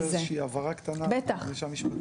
אפשר איזושהי הבהרה קטנה, משפטית?